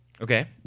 Okay